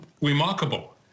Remarkable